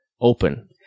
open